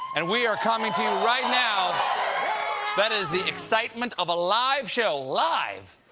and we are coming to you right now that is the excitement of a live show, live,